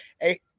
hey